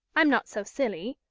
i'm not so silly.